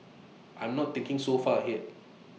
I'm not thinking so far ahead